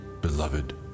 beloved